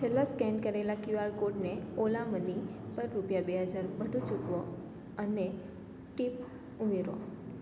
છેલ્લા સ્કેન કરેલા કયુઆર કોડને ઓલા મની પર રૂપિયા બે હજાર વધુ ચૂકવો અને ટીપ ઉમેરો